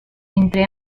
entre